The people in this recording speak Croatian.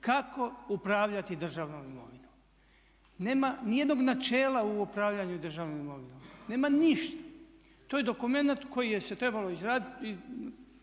kako upravljati državnom imovinom. Nema ni jednog načela u upravljanju državnom imovinom. Nema ništa. To je dokumenat koji se trebalo izraditi,